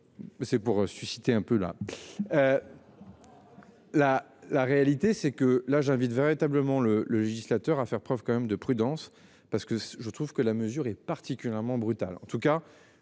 c'est pour susciter un peu la. La, la réalité c'est que là, j'invite véritablement le le législateur à faire preuve quand même de prudence parce que je trouve que la mesure est particulièrement brutale,